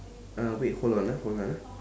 uh wait hold on ah hold on ah